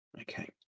Okay